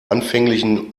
anfänglichen